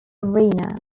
arena